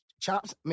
Chops